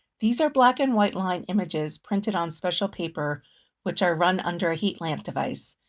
these are black and white line images printed on special paper which are run under a heat lamp device.